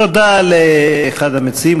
תודה לאחד המציעים,